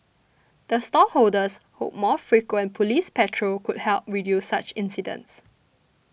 the stall holders hope more frequent police patrol could help reduce such incidents